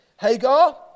Hagar